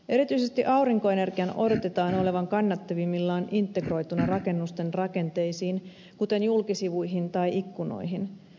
erityisesti aurinkoenergian odotetaan olevan kannattavimmillaan integroituna rakennusten rakenteisiin kuten julkisivuihin tai ikkunoihin